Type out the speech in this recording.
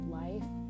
life